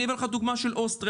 אני אביא לך דוגמה של אוסטריה.